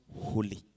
holy